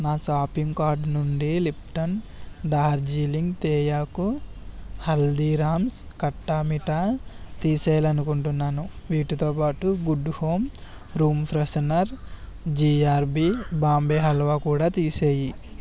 నా shopping card నుండి Lipton Darjeeling తేయాకు హల్దీరామ్స్ కట్టా మీఠా తీసేయాలనుకుంటున్నాను వీటితోపాటు good home room freshener GRB Bombay halwa కూడా తీసేయి